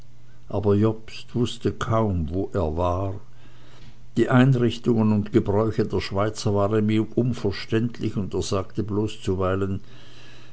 aber jobst wußte kaum wo er war die einrichtungen und gebräuche der schweizer waren ihm unverständlich und er sagte bloß